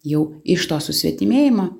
jau iš to susvetimėjimo